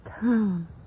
town